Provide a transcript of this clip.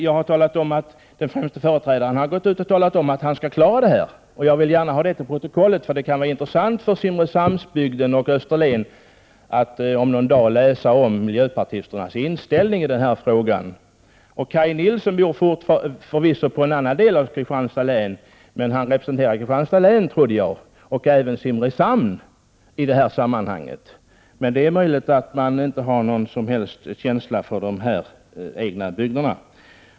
Jag sade emellertid att miljöpartiets främste företrädare har gått ut och sagt att han skall klara saken. Jag vill gärna att detta kommer till protokollet, för det kan vara intressant för Simrishamnsbygdens och Österlens människor att om någon dag läsa om miljöpartisternas inställning i denna fråga. Kaj Nilsson bor förvisso i en annan del av Kristianstad län. Men jag trodde att han representerade Kristanstad län och även Simrishamn i det här sammanhanget. Det är emellertid möjligt att man saknar känsla för de egna bygderna.